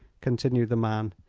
continued the man.